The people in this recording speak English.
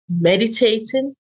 meditating